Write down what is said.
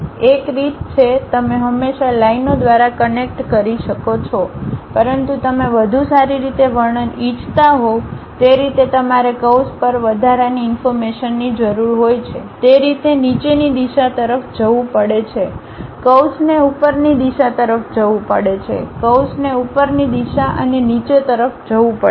એક રીત છે તમે હંમેશા લાઈનઓ દ્વારા કનેક્ટ કરી શકો છો પરંતુ તમે વધુ સારી રીતે વર્ણન ઇચ્છતા હોવ તે રીતે તમારે કર્વ્સ પર વધારાની ઇન્ફોર્મેશનની જરૂર હોય છે તે રીતે નીચેની દિશા તરફ જવું પડે છે કર્વ્સને ઉપરની દિશા તરફ જવું પડે છે કર્વ્સને ઉપરની દિશા અને નીચે તરફ જવું પડે છે